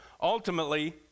ultimately